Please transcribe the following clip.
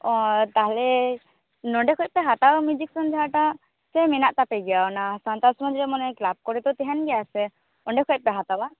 ᱚᱻ ᱛᱟᱦᱚᱞᱮ ᱱᱚᱸᱰᱮ ᱠᱷᱚᱡ ᱯᱮ ᱦᱟᱛᱟᱣᱟ ᱢᱤᱣᱡᱤᱥᱚᱱ ᱡᱟᱦᱟᱸ ᱴᱟᱜ ᱥᱮ ᱢᱮᱱᱟᱜ ᱛᱟᱯᱮᱜᱮᱭᱟ ᱚᱱᱟ ᱥᱟᱱᱛᱟᱲ ᱥᱚᱢᱟᱡᱽ ᱨᱮ ᱢᱟᱱᱮ ᱠᱞᱟᱵ ᱠᱚᱨᱮ ᱫᱚ ᱛᱟᱦᱮᱱ ᱜᱮᱭᱟ ᱥᱮ ᱚᱸᱰᱮ ᱠᱷᱚᱡ ᱯᱮ ᱦᱟᱛᱟᱣᱟ